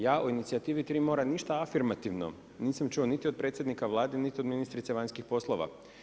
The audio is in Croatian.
Ja o inicijativi „Tri mora“ ništa afirmativno nisam čuo niti od predsjednika Vlade niti od ministrice vanjskih poslova.